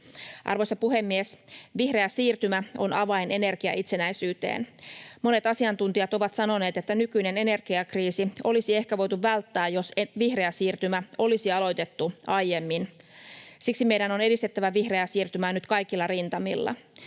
Arvoisa puhemies! Vihreä siirtymä on avain energiaitsenäisyyteen. Monet asiantuntijat ovat sanoneet, että nykyinen energiakriisi olisi ehkä voitu välttää, jos vihreä siirtymä olisi aloitettu aiemmin. Siksi meidän on edistettävä vihreää siirtymää nyt kaikilla rintamilla.